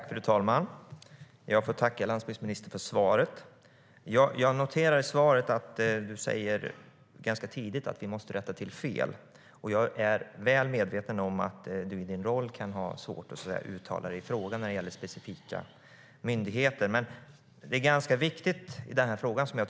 Fru talman! Jag tackar landsbygdsministern för detta svar och noterar att han i svaret säger att vi måste rätta till fel. Jag är väl medveten om att han i sin roll kan ha svårt att uttala sig i frågan när det gäller specifika myndigheter. Men det är ganska viktigt i denna fråga.